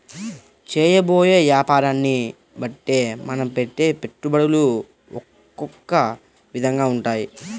చేయబోయే యాపారాన్ని బట్టే మనం పెట్టే పెట్టుబడులు ఒకొక్క విధంగా ఉంటాయి